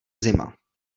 zima